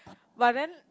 but then